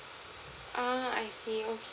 uh I see okay